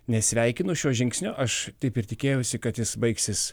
nesveikinu šiuo žingsniu aš taip ir tikėjausi kad jis baigsis